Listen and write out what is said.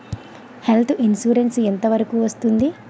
Health insurance ఎంత వరకు వస్తుంది?